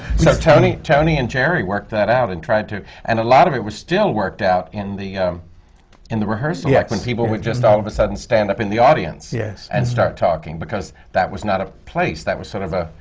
tony tony and gerry worked that out and tried to and a lot of it was still worked out in the in the rehearsal yeah when people would just all of a sudden stand up in the audience. yes. and start talking, because that was not a place. that was sort of ah